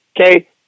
Okay